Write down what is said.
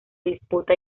disputa